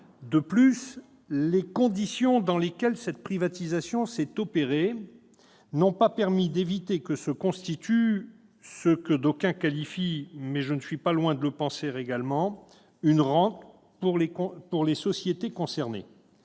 De plus, les conditions dans lesquelles cette privatisation s'est opérée n'ont pas permis d'éviter que se constitue ce que d'aucuns qualifient- je ne suis pas loin de le penser également -de « rente » pour les sociétés concernées.